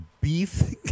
beef